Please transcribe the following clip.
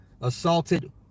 assaulted